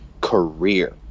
career